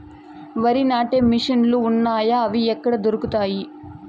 వరి నాటే మిషన్ ను లు వున్నాయా? అవి ఎక్కడ దొరుకుతాయి?